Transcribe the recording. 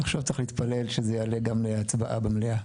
עכשיו צריך להתפלל שזה יעלה גם להצבעה במליאה.